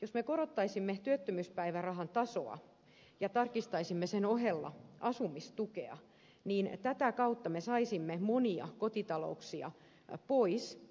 jos me korottaisimme työttömyyspäivärahan tasoa ja tarkistaisimme sen ohella asumistukea niin tätä kautta me saisimme monia kotitalouksia pois